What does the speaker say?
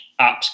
apps